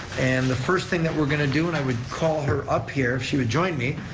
and the first thing that we're going to do, and i would call her up here if she would join me,